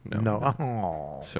No